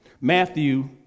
Matthew